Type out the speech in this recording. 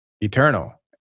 eternal